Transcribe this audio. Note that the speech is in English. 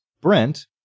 Brent